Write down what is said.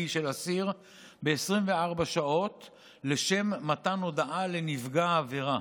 של אסיר ב-24 שעות לשם מתן הודעה לנפגע העבירה.